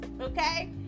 okay